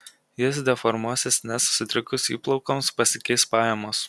jis deformuosis nes sutrikus įplaukoms pasikeis pajamos